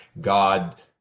God